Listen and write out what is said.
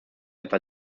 etwa